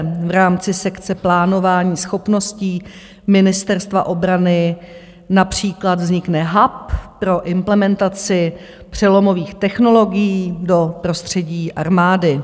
V rámci sekce plánování schopností Ministerstva obrany například vznikne hub pro implementaci přelomových technologií do prostředí armády.